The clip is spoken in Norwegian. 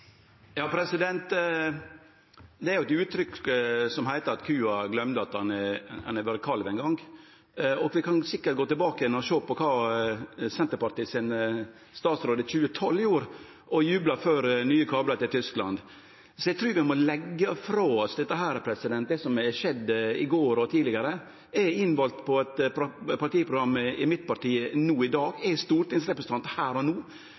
det er jo eit uttrykk som heiter at kua gløymde at ho hadde vore kalv ein gong, og vi kan sikkert gå tilbake og sjå på kva statsråden frå Senterpartiet gjorde i 2012, då han jubla for nye kablar til Tyskland. Eg trur vi må leggje frå oss det som skjedde i går og tidlegare. Eg er vald inn på eit partiprogram i mitt parti no i dag. Eg er stortingsrepresentant her og no,